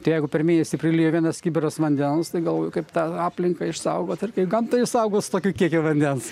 tai jeigu per mėnesį prilija vienas kibiras vandens galvoju kaip tą aplinką išsaugot ir kai gamta išsaugot su tokiu kiekiu vandens